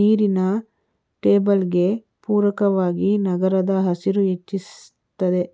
ನೀರಿನ ಟೇಬಲ್ಗೆ ಪೂರಕವಾಗಿ ನಗರದ ಹಸಿರು ಹೆಚ್ಚಿಸ್ತದೆ